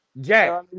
Jack